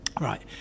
Right